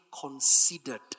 considered